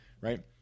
right